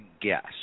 guess